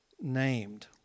named